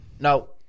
No